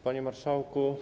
Panie Marszałku!